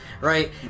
right